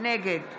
נגד